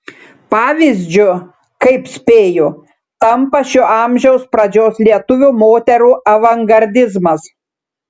pavyzdžiu kaip spėju tampa šio amžiaus pradžios lietuvių moterų avangardizmas